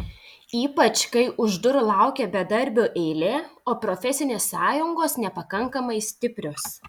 ypač kai už durų laukia bedarbių eilė o profesinės sąjungos nepakankamai stiprios